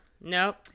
Nope